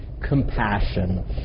compassion